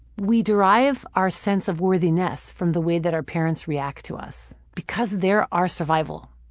we derive our sense of worthiness from the way that our parents react to us. because they're our survival.